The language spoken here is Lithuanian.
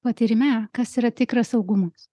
patyrime kas yra tikras saugumas